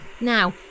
Now